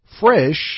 fresh